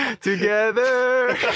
together